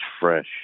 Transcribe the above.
fresh